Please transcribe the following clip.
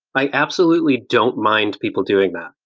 i absolutely don't mind people doing that.